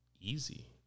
easy